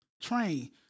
train